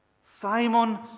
Simon